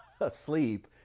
asleep